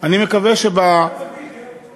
אני מקווה, תגדיל את מספר המדריכים.